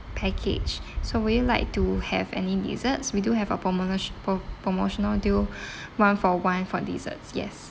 package so would you like to have any desserts we do have a promotio~ pro~ promotional deal one-for-one for desserts yes